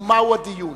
ומהו הדיון.